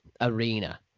arena